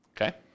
Okay